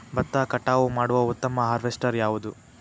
ಭತ್ತ ಕಟಾವು ಮಾಡುವ ಉತ್ತಮ ಹಾರ್ವೇಸ್ಟರ್ ಯಾವುದು?